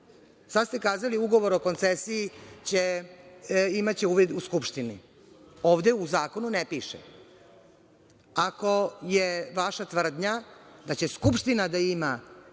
ste kazali – Ugovor o koncesiji imaće uvid u Skupštini. Ovde u zakonu ne piše. Ako je vaša tvrdnja da će Skupština da ima